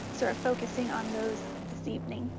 sort of focusing on those this evening.